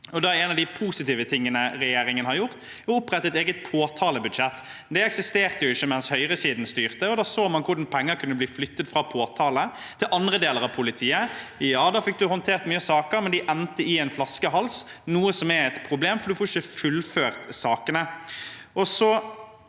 en av de positive tingene regjeringen har gjort, er å opprette et eget påtalebudsjett. Det eksisterte ikke mens høyresiden styrte, og da så man hvordan penger kunne bli flyttet fra påtale til andre deler av politiet. Ja, man fikk håndtert mange saker, men de endte i en flaskehals, noe som er et problem, for man får ikke fullført sakene.